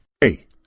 Hey